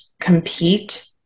compete